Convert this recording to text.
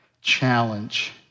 challenge